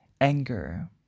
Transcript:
anger